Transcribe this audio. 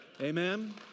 Amen